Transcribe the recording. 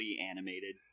animated